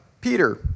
Peter